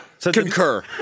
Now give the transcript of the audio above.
Concur